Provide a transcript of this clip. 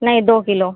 नहीं दो किलो